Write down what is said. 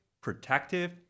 protective